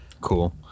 Cool